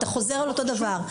אתה חוזר על אותו דבר.